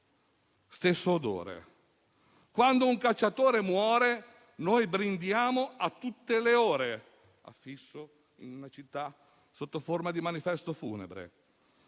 stesso odore"; "Quando un cacciatore muore, noi brindiamo a tutte le ore" (affisso in una città sotto forma di manifesto funebre);